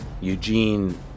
Eugene